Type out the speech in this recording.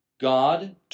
God